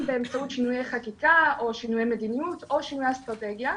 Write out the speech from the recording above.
באמצעות שינויי חקיקה או שינויי מדיניות או שינויי אסטרטגיה.